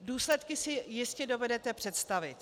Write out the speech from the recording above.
Důsledky si jistě dovedete představit.